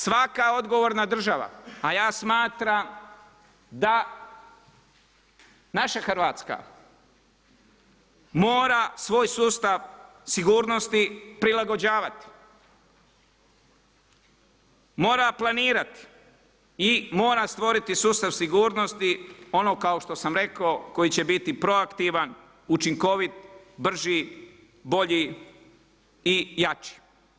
Svaka odgovorna država, a ja smatram da naša Hrvatska mora svoj sustav sigurnosti prilagođavati, mora planirati i mora stvoriti sustav sigurnosti, ono što sam rekao, koji će biti proaktivan, učinkovit, brži, bolji i jači.